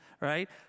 right